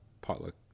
potluck